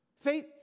Faith